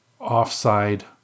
offside